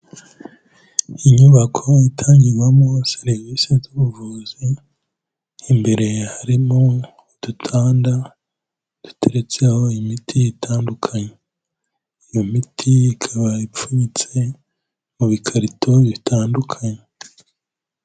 Inyubako itangirwamo serivise z'ubuvuzi, imbere harimo udutanda duteretseho imiti itandukanye, iyo miti ikaba ipfunyitse mu bikarito bitandukanye.